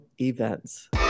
events